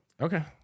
Okay